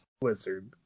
Wizard